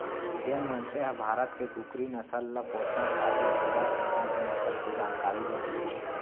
जेन मनसे ह भारत के कुकरी के नसल ल पोसना चाही वोला इहॉं के नसल के जानकारी जरूरी हे